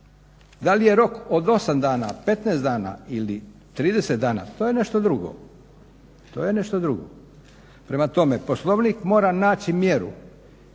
Da li je rok od 8 dana, 15 dana ili 30 dana, to je nešto drugo, to je nešto drugo. Prema tome, Poslovnik mora naći mjeru